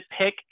pick